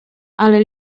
ale